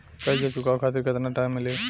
कर्जा चुकावे खातिर केतना टाइम मिली?